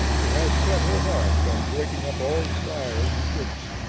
has set her heart on breaking up all styles and tricks,